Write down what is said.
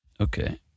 Okay